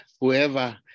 whoever